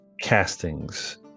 castings